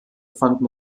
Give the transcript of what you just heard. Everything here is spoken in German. fanden